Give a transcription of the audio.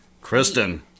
Kristen